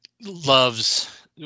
loves